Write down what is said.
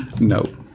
No